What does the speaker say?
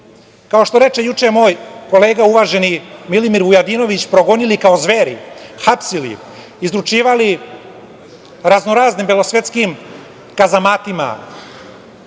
kao što reče juče moj kolega uvaženi Milimir Vujadinović, progonili kao zveri, hapsili, izručivali raznoraznim belosvetskim kazamatima,